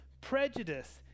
prejudice